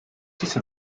diese